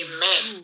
Amen